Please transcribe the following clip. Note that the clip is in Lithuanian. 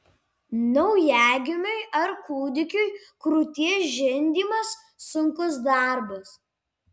naujagimiui ar kūdikiui krūties žindimas sunkus darbas